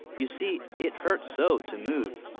you see, it hurt so to move.